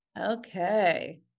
Okay